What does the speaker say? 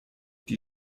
die